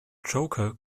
joker